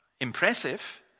impressive